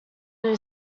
new